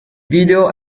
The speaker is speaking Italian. video